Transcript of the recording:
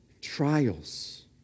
trials